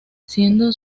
siendo